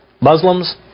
Muslims